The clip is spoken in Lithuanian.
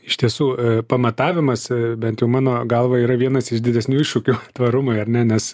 iš tiesų pamatavimas bent jau mano galva yra vienas iš didesnių iššūkių tvarumui ar ne nes